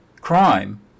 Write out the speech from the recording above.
crime